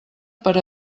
per